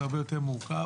זה הרבה יותר מורכב